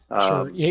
Sure